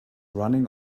running